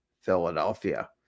Philadelphia